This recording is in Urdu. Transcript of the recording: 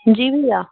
جی بھیا